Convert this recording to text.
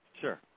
Sure